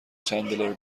چندلر